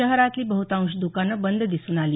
शहरातली बहुतांश दुकानं बंद दिसून आली